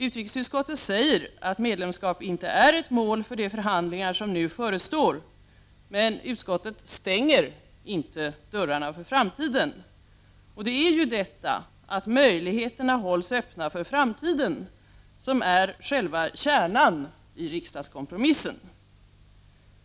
Utrikesutskottet säger att medlemskap inte är ett mål för de förhandlingar som nu förestår, men utskottet stänger inte dörrarna för framtiden. Det är ju detta att möjligheterna hålls öppna för framtiden som är själva kärnan i riksdagskompromissen.